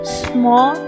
small